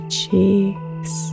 cheeks